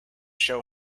show